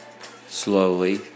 Slowly